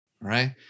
right